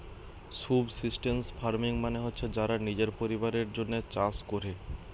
subsistence farming মানে হচ্ছে যারা নিজের পরিবারের জন্যে চাষ কোরে